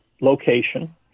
location